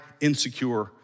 insecure